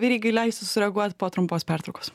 verygai leisiu sureaguot po trumpos pertraukos